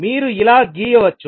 మీరు ఇలా గీయవచ్చు